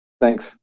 Thanks